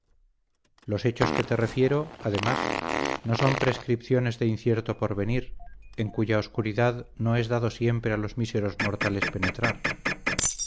los hechos que te refiero además no son prescripciones de incierto porvenir en cuya oscuridad no es dado siempre a los míseros mortales penetrar